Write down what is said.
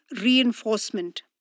reinforcement